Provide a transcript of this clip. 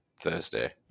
Thursday